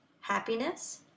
happiness